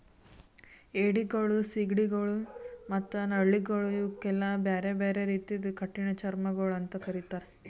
ಏಡಿಗೊಳ್, ಸೀಗಡಿಗೊಳ್ ಮತ್ತ ನಳ್ಳಿಗೊಳ್ ಇವುಕ್ ಎಲ್ಲಾ ಬ್ಯಾರೆ ಬ್ಯಾರೆ ರೀತಿದು ಕಠಿಣ ಚರ್ಮಿಗೊಳ್ ಅಂತ್ ಕರಿತ್ತಾರ್